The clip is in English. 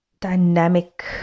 dynamic